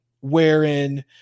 wherein